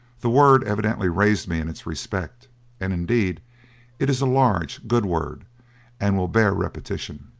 the word evidently raised me in its respect and indeed it is a large, good word and will bear repetition.